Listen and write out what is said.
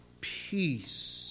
peace